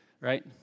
right